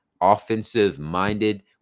offensive-minded